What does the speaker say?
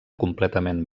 completament